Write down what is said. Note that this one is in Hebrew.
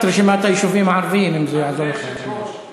את רשימת היישובים, אין, אי-אפשר